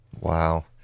Wow